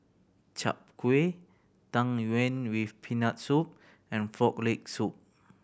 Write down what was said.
Chai Kuih Tang Yuen with Peanut Soup and Frog Leg Soup